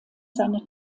seine